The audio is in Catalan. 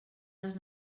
les